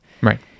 Right